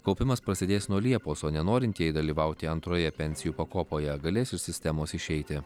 kaupimas prasidės nuo liepos o nenorintieji dalyvauti antroje pensijų pakopoje galės iš sistemos išeiti